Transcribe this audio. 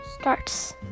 starts